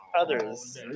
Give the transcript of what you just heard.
others